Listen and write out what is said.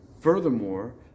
furthermore